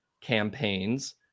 campaigns